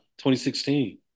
2016